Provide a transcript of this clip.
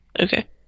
Okay